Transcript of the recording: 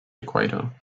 equator